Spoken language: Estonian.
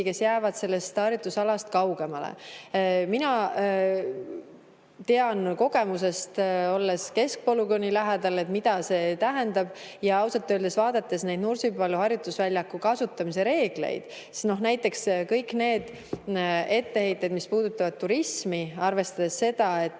kes jäävad sellest harjutusalast kaugemale. Mina tean kogemusest, olles keskpolügooni lähedal, mida see tähendab. Ausalt öeldes, vaadates neid Nursipalu harjutusvälja kasutamise reegleid – näiteks kõik need etteheited, mis puudutavad turismi, ja arvestades seda, et